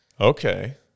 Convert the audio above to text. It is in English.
Okay